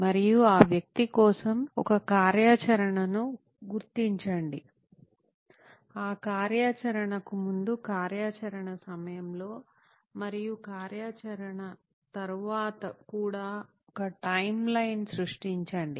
మరియు ఆ వ్యక్తి కోసం ఒక కార్యాచరణను గుర్తించండి ఆ కార్యాచరణకు ముందు కార్యాచరణ సమయంలో మరియు కార్యాచరణ తర్వాత కూడా ఒక టైమ్లైన్ను సృష్టించండి